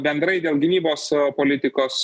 bendrai dėl gynybos politikos